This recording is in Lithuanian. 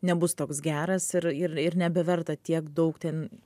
nebus toks geras ir ir nebeverta tiek daug ten